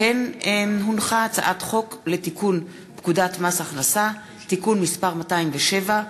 הצעת חוק לתיקון פקודת מס הכנסה (מס' 207),